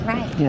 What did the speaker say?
Right